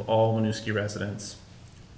of all honesty residents